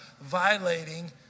violating